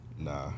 Nah